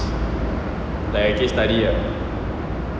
like case study ah